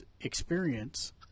experience